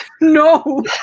No